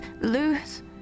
lose